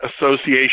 Association